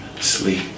sleep